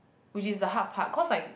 which is the hard part cause I